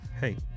Hey